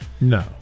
No